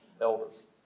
elders